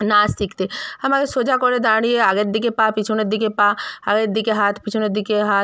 নাচ শিখতে আমায় সোজা করে দাঁড়িয়ে আগের দিকে পা পিছনের দিকে পা আগের দিকে হাত পিছনের দিকে হাত